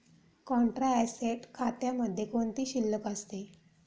Contra asset खात्यामध्ये कोणती शिल्लक असते?